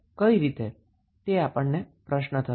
પણ કઈ રીતે તે પ્રશ્ન આપણને થશે